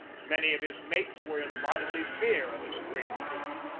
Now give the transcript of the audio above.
many of his mates were in bodily fear of this great brute.